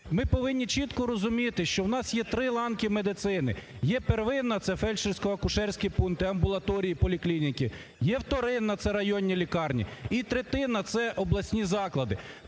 Ми повинні чітко розуміти, що у нас є три ланки медицини. Є первинна, це фельдшерсько-акушерські пункти, амбулаторії, поліклініки. Є вторинна, це районні лікарні. І третинна, це обласні заклади.